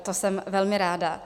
To jsem velmi ráda.